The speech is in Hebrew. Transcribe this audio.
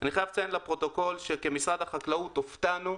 אני חייב לציין לפרוטוקול שכמשרד החקלאות הופתענו.